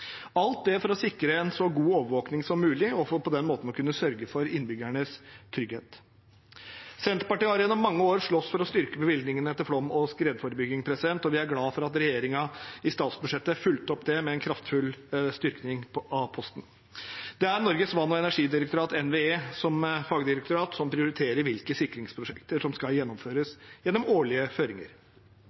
alt dette for å sikre en så god overvåking som mulig, for på den måten å kunne sørge for innbyggernes trygghet. Senterpartiet har gjennom mange år slåss for å styrke bevilgningene til flom- og skredforebygging, og vi er glade for at regjeringen i statsbudsjettet fulgte opp det med en kraftfull styrking av posten. Det er Norges vassdrags- og energidirektorat, NVE, som fagdirektorat som prioriterer hvilke sikringsprosjekter som skal gjennomføres gjennom årlige føringer.